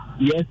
Yes